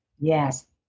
Yes